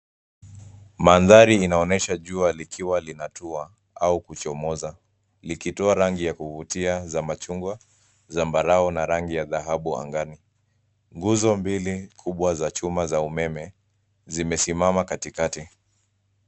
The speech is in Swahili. Mandhari inaonyesha jua likiwa linatua au kuchomoza likitoa rangi ya kuvutia za machungwa, zambarau na rangi ya dhahabu angani. Nguzo mbili kubwa za chuma za umeme zimesimama katikati.